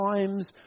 times